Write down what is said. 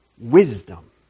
wisdom